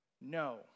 No